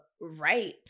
right